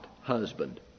husband